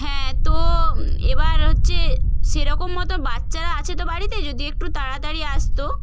হ্যাঁ তো এবার হচ্ছে সেরকম মতো বাচ্চারা আছে তো বাড়িতে যদি একটু তাড়াতাড়ি আসত